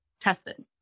tested